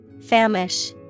Famish